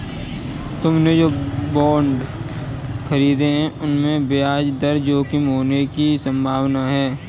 तुमने जो बॉन्ड खरीदे हैं, उन पर ब्याज दर जोखिम होने की संभावना है